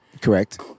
correct